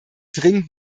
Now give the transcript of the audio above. dringend